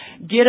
Get